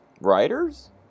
Writers